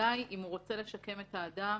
ובוודאי אם הוא רוצה לשקם את האדם,